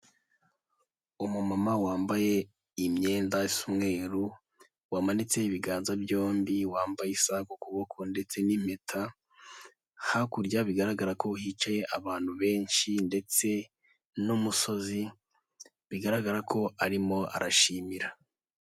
Umumama wambaye imyenda isa umweru wamanitseho ibiganza byombi, wambaye isaha ku kuboko ndetse n'impeta, hakurya bigaragara ko hicaye abantu benshi ndetse n'umusozi, bigaragara ko arimo arashimira.